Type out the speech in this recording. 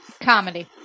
Comedy